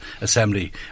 assembly